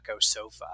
sofa